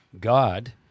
God